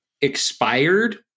expired